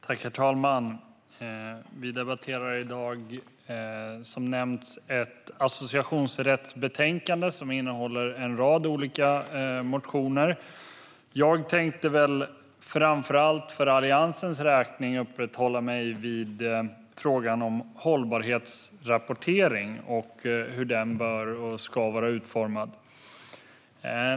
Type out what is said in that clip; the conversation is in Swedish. Herr talman! Vi debatterar i dag, som nämnts, ett associationsrättsbetänkande som innehåller en rad olika motioner. Jag tänkte framför allt för Alliansens räkning uppehålla mig vid frågan om hållbarhetsrapportering och hur den bör vara utformad.